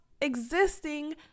existing